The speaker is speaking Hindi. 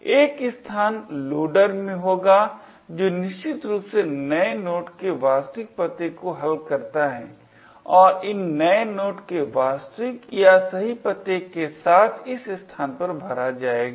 यह स्थान लोडर में होगा जो निश्चित रूप से नए नोड के वास्तविक पते को हल करता है और इन नए नोड के वास्तविक या सही पते के साथ इस स्थान पर भरा जाएगा